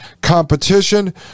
competition